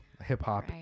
hip-hop